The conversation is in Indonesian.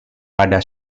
pada